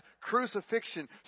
crucifixion